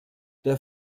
der